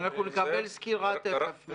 אנחנו נקבל סקירה תכף.